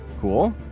Cool